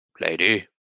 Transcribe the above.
lady